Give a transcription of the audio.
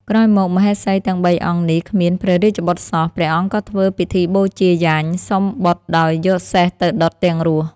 ក្រោយមក មហេសីទាំងបីអង្គនេះ គ្មាន ព្រះរាជ្យបុត្រសោះ ព្រះអង្គក៏ធ្វើពិធីបូជាយញ្ញសុំបុត្រដោយយកសេះទៅដុតទាំងរស់។